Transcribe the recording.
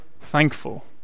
thankful